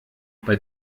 bei